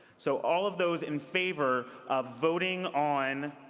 so all of those in favor of voting on